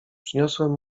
przyniosłem